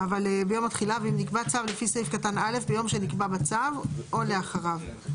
ואם נקבע צו לפי סעיף קטן (א) - ביום שנקבע בצו או לאחריו.